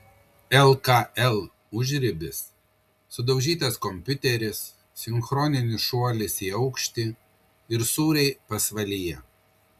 lkl užribis sudaužytas kompiuteris sinchroninis šuolis į aukštį ir sūriai pasvalyje